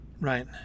right